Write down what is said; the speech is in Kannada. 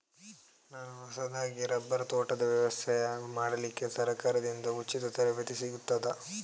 ನಾನು ಹೊಸದಾಗಿ ರಬ್ಬರ್ ತೋಟದ ವ್ಯವಸಾಯ ಮಾಡಲಿಕ್ಕೆ ಸರಕಾರದಿಂದ ಉಚಿತ ತರಬೇತಿ ಸಿಗುತ್ತದಾ?